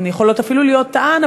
הן יכולות אפילו להיות טען,